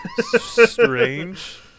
Strange